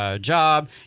job